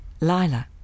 Lila